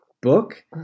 book